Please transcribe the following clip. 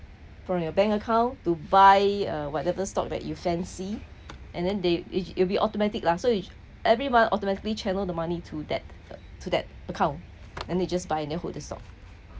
from your bank account to buy uh whatever stock that you fancy and then they it it'll be automatic lah so it every month automatically channel the money to that to that account then they just buy and hold the stock